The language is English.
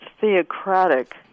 theocratic